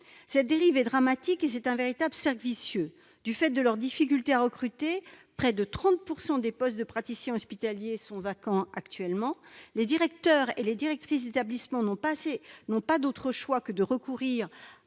Cette dérive est dramatique et c'est un véritable cercle vicieux. Du fait de leurs difficultés à recruter- près de 30 % des postes de praticiens hospitaliers sont actuellement vacants -, les directeurs et directrices d'établissement n'ont pas d'autre choix que de recourir